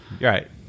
right